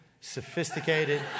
sophisticated